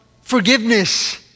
forgiveness